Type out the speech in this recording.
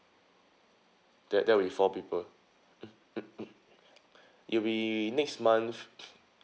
that that will four people mm mm mm it'll be next month